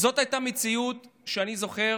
זאת הייתה מציאות שאני זוכר